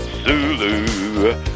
Zulu